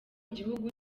gihugu